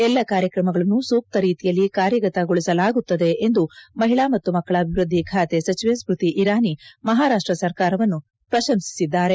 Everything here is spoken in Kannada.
ಎಲ್ಲ ಕಾರ್ಯಕ್ರಮಗಳನ್ನು ಸೂಕ್ತ ರೀತಿಯಲ್ಲಿ ಕಾರ್ಯಗತಗೊಳಿಸಲಾಗುತ್ತದೆ ಎಂದು ಮಹಿಳಾ ಮತ್ತು ಮಕ್ಕಳ ಅಭಿವೃದ್ದಿ ಖಾತೆ ಸಚಿವೆ ಸ್ಮೃತಿ ಇರಾನಿ ಮಹಾರಾಷ್ಟ ಸರ್ಕಾರವನ್ನು ಪ್ರಶಂಸಿಸಿದ್ದಾರೆ